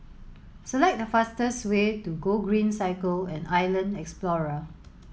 select the fastest way to Gogreen Cycle and Island Explorer